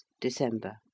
December